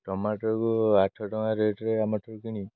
ଟମାଟରକୁ ଆଠ ଟଙ୍କା ରେଟ୍ରେ ଆମଠାରୁ କିଣି